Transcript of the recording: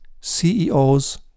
CEOs